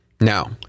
Now